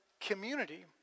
community